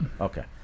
Okay